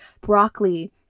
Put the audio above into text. broccoli